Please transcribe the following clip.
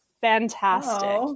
Fantastic